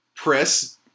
Press